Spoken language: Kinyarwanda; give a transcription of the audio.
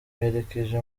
berekeje